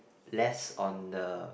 less on the